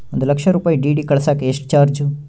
ಒಂದು ಲಕ್ಷ ರೂಪಾಯಿ ಡಿ.ಡಿ ಕಳಸಾಕ ಎಷ್ಟು ಚಾರ್ಜ್?